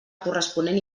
corresponent